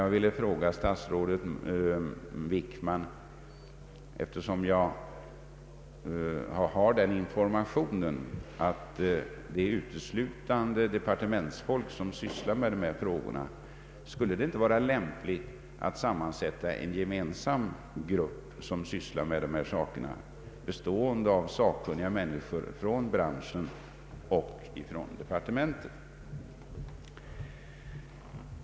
Jag vill också fråga statsrådet Wickman, efter som jag har den informationen att det uteslutande är departementsfolk som sysslar med dessa frågor: Skulle det inte vara lämpligt att sammansätta en gemensam grupp, bestående av sakkunniga personer från branschen och från departementet?